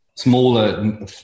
smaller